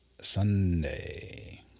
Sunday